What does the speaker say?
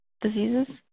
diseases